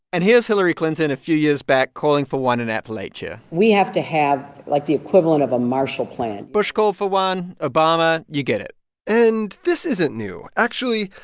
and here's hillary clinton a few years back calling for one in appalachia we have to have, like, the equivalent of a marshall plan bush called for one. obama you get it and this isn't new. actually,